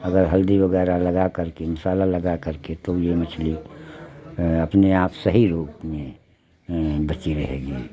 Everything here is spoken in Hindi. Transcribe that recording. अगर हल्दी वगेरह लगा करके मसाला लगा करके तो ये मछली अपने आप सही रूप में बची रहेगी